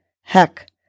Heck